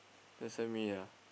just send me ya